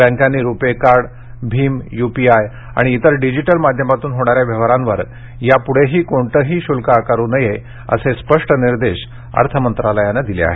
बँकांनी RuPay card भीम UPI आणि इतर डीजिटल माध्यमातून होणाऱ्या व्यवहारांवर याप्ढेही कोणतंही शुल्क आकारू नये असे स्पष्ट निर्देश अर्थ मंत्रालयाने दिले आहेत